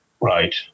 right